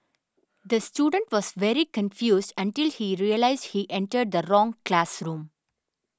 the student was very confused until he realised he entered the wrong classroom